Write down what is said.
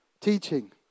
teaching